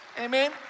Amen